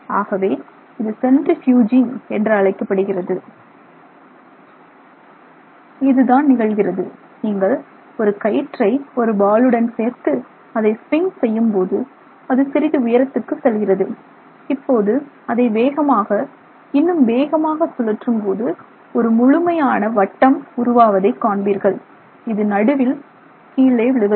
ஆகவே இது சென்ட்ரிபியூஜிங் என்றழைக்கப்படுகிறது இதுதான் நிகழ்கிறது நீங்கள் ஒரு கயிற்றை ஒரு பாலுடன் சேர்த்து அதை ஸ்விங் செய்யும்போது அது சிறிது உயரத்துக்கு செல்கிறது இப்போது அதை வேகமாக இன்னும் வேகமாக சுழற்றும் போது ஒரு முழுமையான வட்டம் உருவாவதை காண்பீர்கள் இது நடுவில் கீழே விழுவதில்லை